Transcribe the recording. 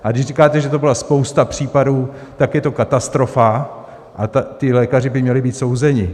A když říkáte, že to byla spousta případů, tak je to katastrofa a ti lékaři by měli být souzeni.